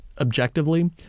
objectively